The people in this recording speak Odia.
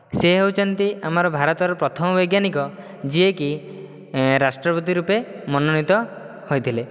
ସେ ହେଉଛନ୍ତି ଆମର ଭାରତର ପ୍ରଥମ ବୈଜ୍ଞାନିକ ଯିଏ କି ରାଷ୍ଟ୍ରପତି ରୂପରେ ମନୋନୀତ ହୋଇଥିଲେ